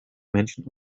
menschen